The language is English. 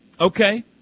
okay